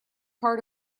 part